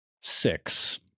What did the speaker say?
Six